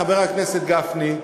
חבר הכנסת גפני,